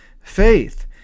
faith